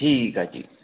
ਠੀਕ ਆ ਜੀ